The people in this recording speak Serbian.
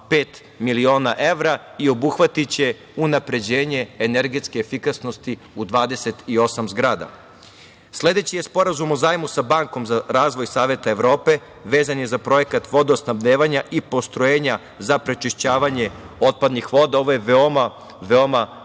miliona evra i obuhvatiće unapređenje energetske efikasnosti u 28 zgrada. Sledeći je Sporazum o zajmu sa Bankom za razvoj Saveta Evrope, vezan je za projekat vodosnabdevanja i postrojenja za prečišćavanje otpadnih voda. Ovo je veoma, veoma